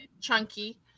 chunky